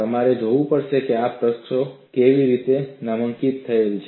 તમારે જોવું પડશે કે આ અક્ષો કેવી રીતે નામાંકિત થયેલ છે